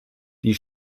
die